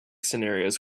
scenarios